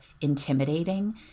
intimidating